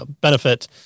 benefit